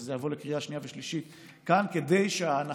כדי שזה יעבור בקריאה שנייה ושלישית כאן,